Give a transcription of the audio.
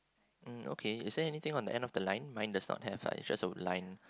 okay is there anything you want to end off the line mine does not have right it's just a line